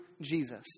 Jesus